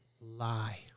lie